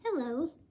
Hello